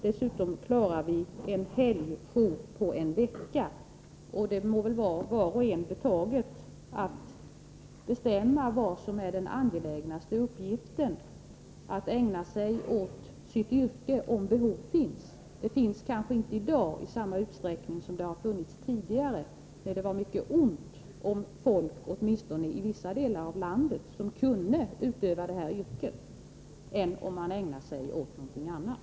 Dessutom klarar vi en helgjour på en vecka. Det må väl vara var och en obetaget att bestämma vad som är den angelägnaste uppgiften, om det är att ägna sig åt sitt yrke om behov finns — det finns kanske inte i dag i samma utsträckning som tidigare när det var mycket ont om läkare åtminstone i vissa delar av landet — eller om det är att ägna sig åt någonting annat.